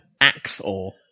Axe-Or